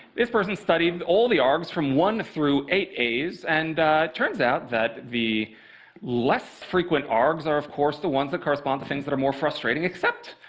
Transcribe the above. this person studies all the arghs, from one through eight a's. and it turns out that the less-frequent arghs are, of course, the ones that correspond to things that are more frustrating except,